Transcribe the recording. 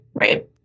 right